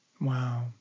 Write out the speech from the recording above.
Wow